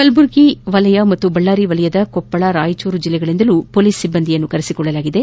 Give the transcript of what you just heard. ಕಲ್ಬುರ್ಗಿ ವಲಯ ಮತ್ತು ಬಳ್ಳಾರಿ ವಲಯದ ಕೊಪ್ಪಳ ರಾಯಚೂರು ಜಿಲ್ಲೆಗಳಿಂದಲೂ ಪೊಲೀಸ್ ಸಿಬ್ಬಂದಿ ಕರೆಸಿಕೊಳ್ಳಲಾಗಿದೆ